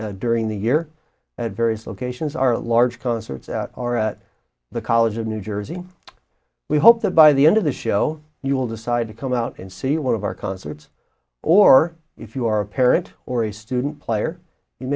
area during the year at various locations are large concerts are at the college of new jersey we hope that by the end of the show you will decide to come out and see one of our concerts or if you are a parent or a student player